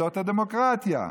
זאת הדמוקרטיה.